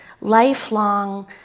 lifelong